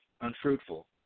unfruitful